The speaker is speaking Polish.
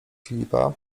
filipa